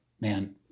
man